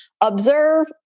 observe